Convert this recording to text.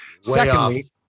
Secondly